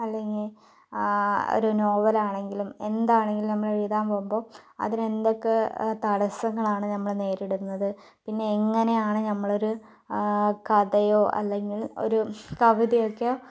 അല്ലെങ്കിൽ ഒരു നോവൽ ആണെങ്കിലും എന്താണെങ്കിലും നമ്മൾ എഴുതാൻ പോകുമ്പോൾ അതിന് എന്തൊക്കെ തടസങ്ങളാണ് നേരിടുന്നത് പിന്നെ എങ്ങനെയാണ് നമ്മൾ ഒരു കഥയോ അല്ലെങ്കിൽ ഒരു കവിതയൊക്കെ